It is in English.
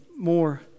more